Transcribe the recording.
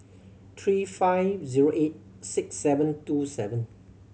three five zero eight six seven two seven